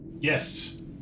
Yes